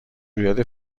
رویداد